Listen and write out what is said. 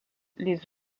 les